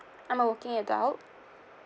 I'm a working adult